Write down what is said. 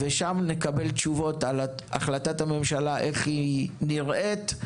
שם נקבל תשובות על החלטת הממשלה: איך היא נראית,